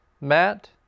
Matt